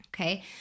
Okay